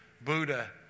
Buddha